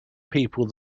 people